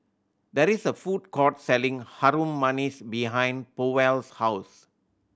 there is a food court selling Harum Manis behind Powell's house